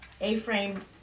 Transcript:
A-frame